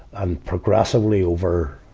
and progressively over,